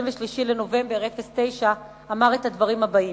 ב-23 בנובמבר 2009, את הדברים הבאים: